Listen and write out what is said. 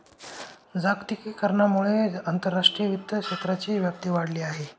जागतिकीकरणामुळे आंतरराष्ट्रीय वित्त क्षेत्राची व्याप्ती वाढली आहे